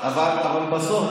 אבל בסוף,